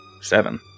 seven